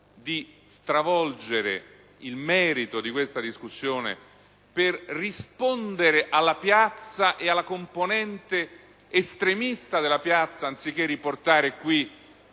di travolgere il merito della odierna discussione per rispondere alla piazza e alla sua componente estremista, anziché riportare qui